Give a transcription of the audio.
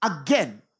again